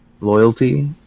Loyalty